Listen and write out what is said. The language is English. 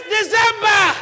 December